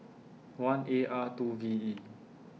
one A R two V E